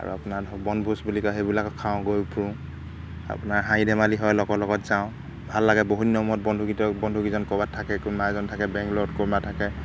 আৰু আপোনাৰ ধৰক বনভোজ বুলি কয় সেইবিলাক খাওঁগৈ ফুৰোঁ আপোনাৰ হাঁহি ধেমালি হয় লগৰ লগত যাওঁ ভাল লাগে বহুদিনৰ মূৰত বন্ধুগীতত বন্ধুকেইজন ক'ৰবাত থাকে কোনোবা এজন থাকে বেংলৰত কোনোবা থাকে